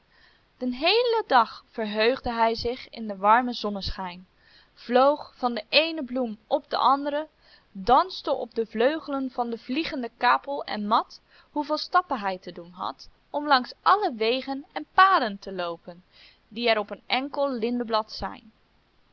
den heelen dag verheugde hij zich in den warmen zonneschijn vloog van de eene bloem op de andere danste op de vleugelen van de vliegende kapel en mat hoeveel stappen hij te doen had om langs alle wegen en paden te loopen die er op een enkel lindeblad